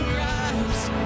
rise